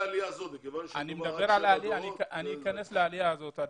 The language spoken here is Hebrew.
אני מתייחס לעלייה הזאת.